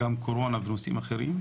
גם קורונה ונושאים אחרים?